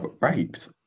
raped